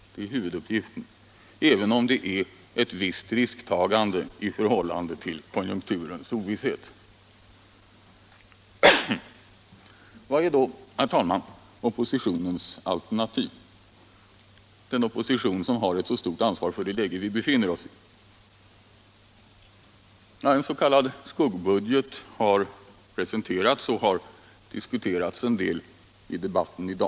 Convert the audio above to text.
Det är huvuduppgiften, även om det innebär ett visst risktagande i förhållande till konjunkturens ovisshet. Vad är då, herr talman, oppositionens alternativ, den opposition som har ett så stort ansvar för det läge vi befinner oss i? En s.k. skuggbudget har presenterats och den har diskuterats en del i debatten i dag.